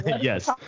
Yes